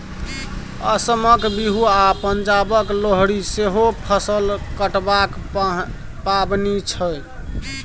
असमक बिहू आ पंजाबक लोहरी सेहो फसल कटबाक पाबनि छै